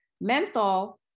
Menthol